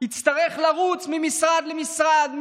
יצטרך לרוץ ממשרד למשרד,